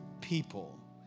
people